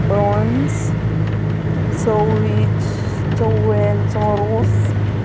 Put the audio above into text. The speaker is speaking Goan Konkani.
बन्स चव्वीज चवळ्यांचो रोस